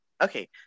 Okay